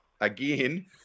again